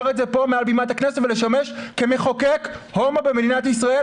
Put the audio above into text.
את זה פה מעל במת הכנסת ולשמש כמחוקק הומו במדינת ישראל.